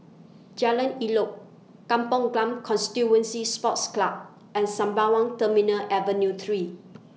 Jalan Elok Kampong Glam Constituency Sports Club and Sembawang Terminal Avenue three